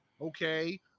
Okay